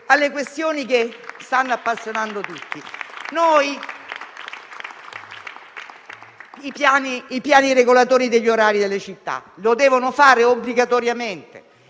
alle questioni che stanno appassionando tutti, come i piani regolatori degli orari delle città. Lo devono fare obbligatoriamente